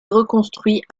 reconstruit